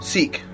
Seek